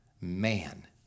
Man